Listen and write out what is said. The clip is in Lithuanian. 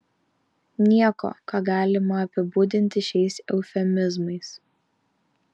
nieko ką galima apibūdinti šiais eufemizmais